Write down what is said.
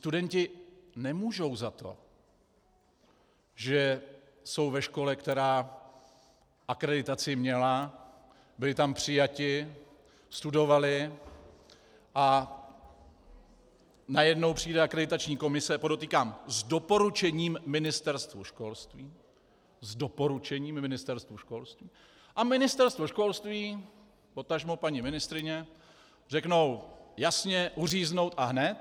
Studenti nemůžou za to, že jsou ve škole, která akreditaci měla, byli tam přijati, studovali, a najednou přijde akreditační komise, podotýkám, s doporučením Ministerstvu školství s doporučením Ministerstvu školství a Ministerstvo školství, potažmo paní ministryně řeknou: Jasně, uříznout a hned!